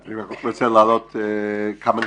אני רק רוצה להעלות כמה נקודות.